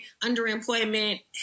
underemployment